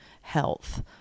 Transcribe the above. health